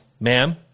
ma'am